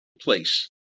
place